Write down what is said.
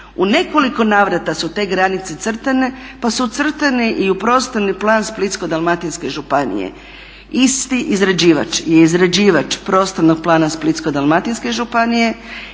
U nekoliko navrata su te granice crtane pa su ucrtane i u Prostorni plan Splitsko-dalmatinske županije. Isti izrađivač je izrađivač Prostornog plana Splitsko-dalmatinske županije,